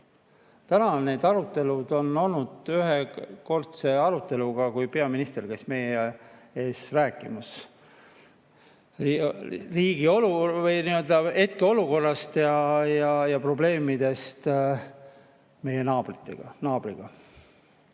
on need arutelud on olnud ühekordse aruteluna, kui peaminister käis meie ees rääkimas riigi hetkeolukorrast ja probleemidest meie naabriga. Nüüd